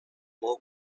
more